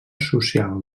social